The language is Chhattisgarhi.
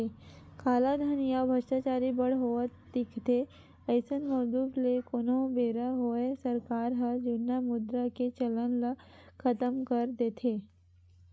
कालाधन या भस्टाचारी बड़ होवत दिखथे अइसन म उदुप ले कोनो बेरा होवय सरकार ह जुन्ना मुद्रा के चलन ल खतम कर देथे